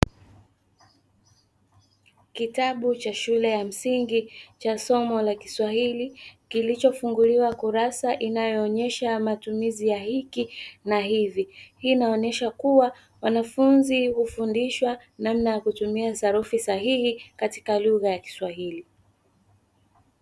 Kitabu cha shule ya msingi cha somo la kiswahili kilichofunguliwa kurasa inayoonyesha matumizi ya hiki na hivi hii inaonyesha kuwa wanafunzi hufundishwa namna ya kutumia sarufi sahihi katika lugha ya kiswahili.